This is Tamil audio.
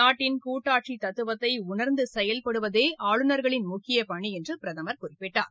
நாட்டின் கூட்டாட்சி தத்துவத்தை உணர்ந்து செயல்படுவதே ஆளுநர்களின் முக்கியப் பணி என்று பிரதமர் குறிப்பிட்டார்